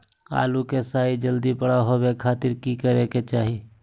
आलू के साइज जल्दी बड़ा होबे खातिर की करे के चाही?